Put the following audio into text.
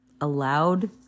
allowed